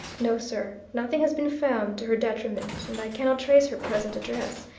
no, sir, nothing has been found to her detriment and i cannot trace her present address,